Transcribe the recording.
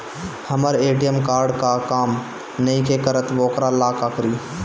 हमर ATM card काम नईखे करत वोकरा ला का करी?